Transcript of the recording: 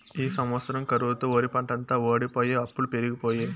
ఈ సంవత్సరం కరువుతో ఒరిపంటంతా వోడిపోయె అప్పులు పెరిగిపాయె